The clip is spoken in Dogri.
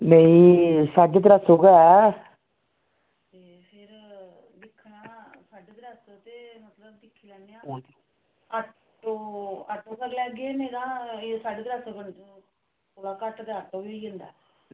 नेईं साढ़े त्रैऽ सौ गै